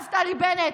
נפתלי בנט,